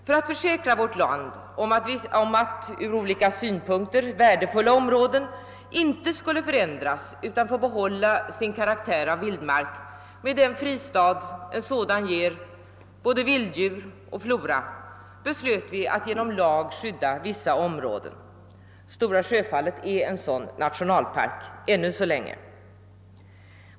För att försäkra vårt land om att ur olika synpunkter värdefulla områden icke skulle förändras utan få behålla sin karaktär av vild mark med den fristad en sådan ger både vilddjur och flora beslöt vi att genom lag skydda vissa områden och göra dessa till nationalparker. Stora Sjöfallet är ännu så länge en sådan nationalpark.